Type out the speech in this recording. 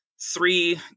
three